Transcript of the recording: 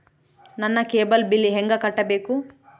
ನನ್ನ cable bill ಹೆಂಗ ಕಟ್ಟಬೇಕು?